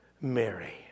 Mary